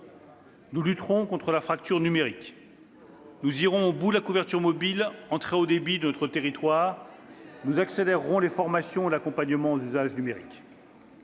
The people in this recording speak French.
Nous lutterons contre la fracture numérique. » Oh là là !« Nous irons au bout de la couverture mobile et très haut débit de notre territoire. Nous accélérerons les formations et l'accompagnement aux usages numériques.